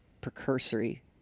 precursory